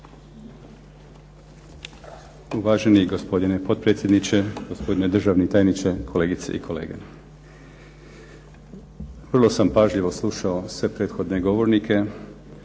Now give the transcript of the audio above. Uvaženi gospodine potpredsjedniče, gospodine državni tajniče, kolegice i kolege. Vrlo sam pažljivo slušao sve prethodne govornike